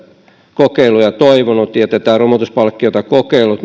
kokeiluja toivonut ja tätä romutuspalkkiota kokeillut